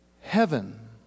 heaven